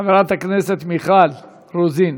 חברת הכנסת מיכל רוזין.